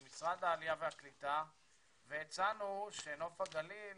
עם משרד העלייה והקליטה והצענו שנוף הגליל